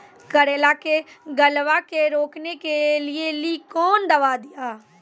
करेला के गलवा के रोकने के लिए ली कौन दवा दिया?